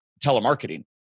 telemarketing